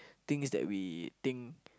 things that we think